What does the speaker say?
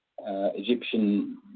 Egyptian